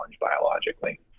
biologically